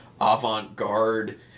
avant-garde